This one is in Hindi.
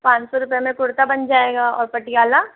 पाँच सौ रुपए में कुर्ता बन जाएगा और पटियाला